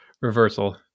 reversal